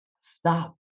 Stop